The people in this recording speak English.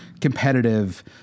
competitive